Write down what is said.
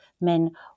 men